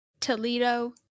Toledo